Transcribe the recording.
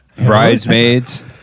Bridesmaids